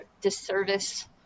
disservice